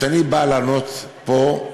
כשאני בא לענות פה,